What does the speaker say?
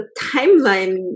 timeline